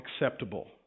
acceptable